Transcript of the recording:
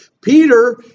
Peter